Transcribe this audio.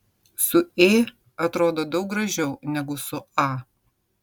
su ė atrodo daug gražiau negu su a